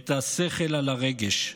את השכל על הרגש.